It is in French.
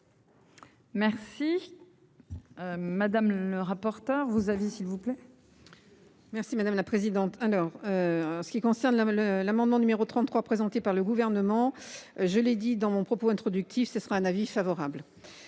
Merci. Madame le rapporteur vous avis s'il vous plaît. Merci madame la présidente, alors. En ce qui concerne le l'amendement numéro 33 présenté par le gouvernement. Je l'ai dit dans mon propos introductif, ce sera un avis favorable.